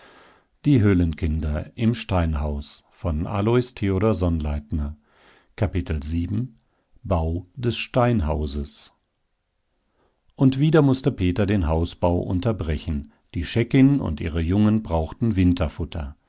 bau des steinhauses und wieder mußte peter den hausbau unterbrechen die scheckin und ihre jungen brauchten